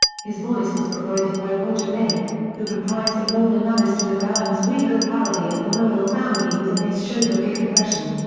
his voice was provided by roger blake, who reprised the role in alistair mcgowan's regal parody of the royle family within his show the big impression.